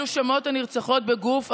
אלו שמות הנרצחות בגוף,